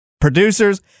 Producers